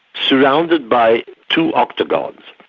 surrounded by two octagons.